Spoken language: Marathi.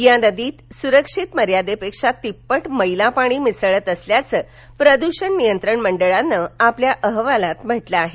या नदीत सुरक्षित मर्यादेच्या तिप्पट मैलापाणी मिसळत असल्याचं प्रद्षण नियंत्रण मंडळान आपल्या अहवालात म्हटलं आहे